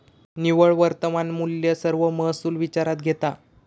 निव्वळ वर्तमान मुल्य सर्व महसुल विचारात घेता